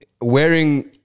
wearing